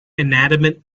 inanimate